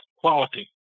quality